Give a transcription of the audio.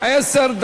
59